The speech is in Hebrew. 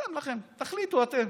סתם לכם, תחליטו אתם,